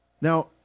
Now